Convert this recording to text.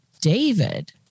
David